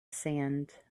sand